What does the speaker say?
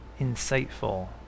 insightful